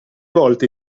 volte